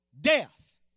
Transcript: death